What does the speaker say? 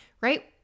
right